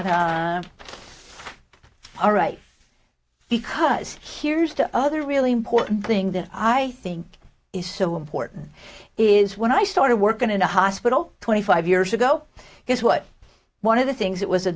me all right because here's the other really important thing that i think is so important is when i started working in a hospital twenty five years ago here's what one of the things it was a